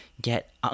Get